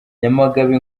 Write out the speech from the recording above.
nyamagabe